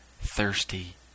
thirsty